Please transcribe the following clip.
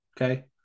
Okay